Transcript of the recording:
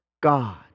God